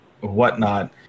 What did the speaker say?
whatnot